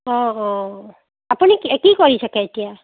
অ' অ' আপুনি কি কৰি থাকে এতিয়া